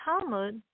Talmud